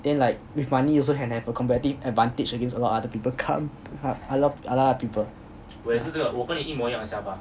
then like with money you also can have a competitive advantage against a lot other people come a lot a lot of people